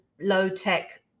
low-tech